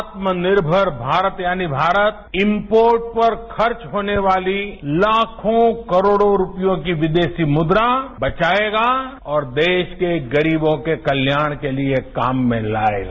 आत्मनिर्मर भारत यानी भारत इम्पोर्ट परखर्च होने वाली ताखों करोख़ों रूपयों की विदेशी मुद्रा बचाएगा और देश के गरीबों केकल्याण के लिए काम में लाएगा